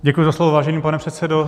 Děkuji za slovo, vážený pane předsedo.